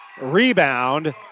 rebound